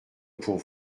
pour